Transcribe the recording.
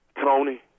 Tony